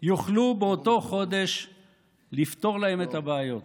יוכלו באותו חודש לפתור להם את הבעיות.